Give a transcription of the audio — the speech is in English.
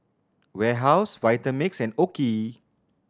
Warehouse Vitamix and OKI